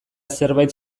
zerbait